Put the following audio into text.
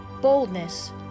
boldness